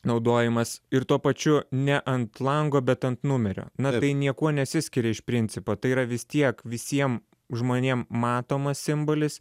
naudojimas ir tuo pačiu ne ant lango bet ant numerio na tai niekuo nesiskiria iš principo tai yra vis tiek visiem žmonėm matomas simbolis